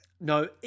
No